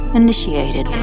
initiated